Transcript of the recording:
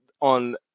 on